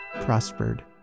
prospered